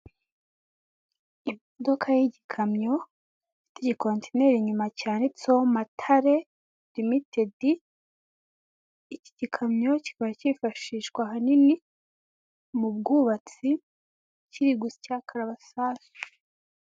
Imodoka y'igikamyo, ifite igife ikontineri inyuma cyanditseho matare limitedi, iki gikamyo kikaba cy'ifashishwa hanini mu bwubatsi kiri gusya karabasasi.